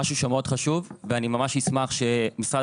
משהו שהוא מאוד חשוב ואני ממש אשמח שמשרד